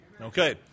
Okay